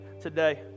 today